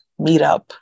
meetup